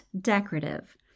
decorative